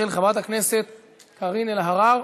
של חברת הכנסת קארין אלהרר.